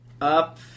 up